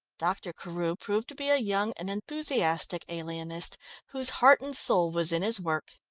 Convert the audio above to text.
dr. carew proved to be a young and enthusiastic alienist whose heart and soul was in his work.